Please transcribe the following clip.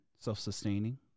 self-sustaining